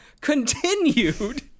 Continued